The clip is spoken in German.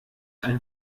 ein